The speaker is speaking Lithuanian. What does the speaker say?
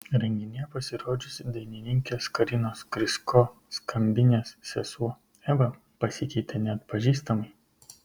renginyje pasirodžiusi dainininkės karinos krysko skambinės sesuo eva pasikeitė neatpažįstamai